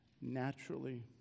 naturally